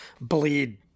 bleed